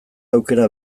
aukera